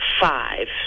five